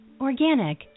organic